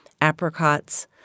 apricots